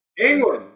England